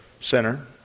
center